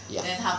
ya